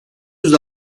yüz